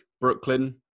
Brooklyn